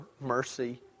mercy